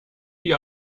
die